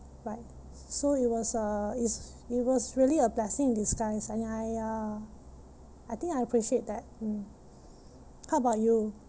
but so it was uh it's it was really a blessing in disguise and I uh I think I appreciate that mm how about you